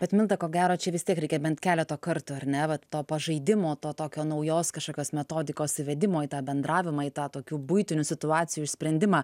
bet milda ko gero čia vis tiek reikia bent keleto kartų ar ne vat to pažaidimo tokio naujos kažkokios metodikos įvedimo į tą bendravimą į tą tokių buitinių situacijų išsprendimą